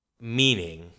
meaning